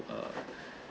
err